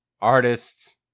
artists